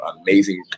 amazing